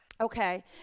Okay